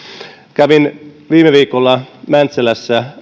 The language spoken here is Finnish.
kävin viime viikolla mäntsälässä